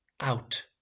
out